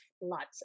lots